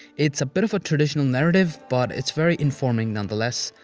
it's a bit of a traditional narrative but it's very informing, nonetheless.